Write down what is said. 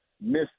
miss